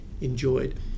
enjoyed